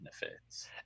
benefits